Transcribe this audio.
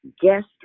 guest